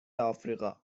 آفریقا